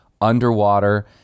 underwater